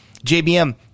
JBM